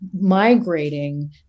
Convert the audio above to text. migrating